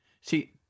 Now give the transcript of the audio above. See